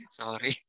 sorry